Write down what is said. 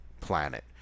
planet